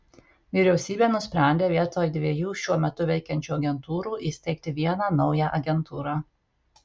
vyriausybė nusprendė vietoj dviejų šiuo metu veikiančių agentūrų įsteigti vieną naują agentūrą